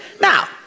Now